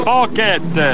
Pocket